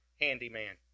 handyman